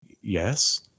yes